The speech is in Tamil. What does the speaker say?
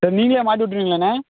சரி நீங்களே மாட்டிவிட்டுருவீங்களாண்ணே